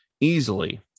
easily